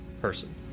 person